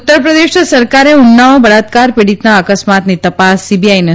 ઉત્તરપ્રદેશ સરકારે ઉન્નાઓ બળાત્કાર પીડીતાના અકસ્માતની તપાસ સીબીઆઇને